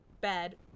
bed